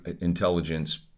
intelligence